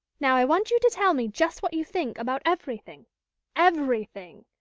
now i want you to tell me just what you think about everything everything.